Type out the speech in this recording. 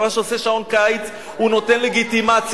ומה שעושה שעון קיץ הוא נותן לגיטימציה,